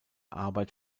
arbeit